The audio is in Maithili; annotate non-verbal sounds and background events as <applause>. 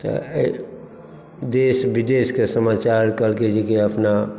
तऽ <unintelligible> देश विदेशके समाचार कहलकै जे कि अपना